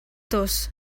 tos